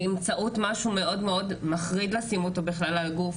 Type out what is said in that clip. באמצעות משהו מאוד מחריד לשים אותו על הגוף.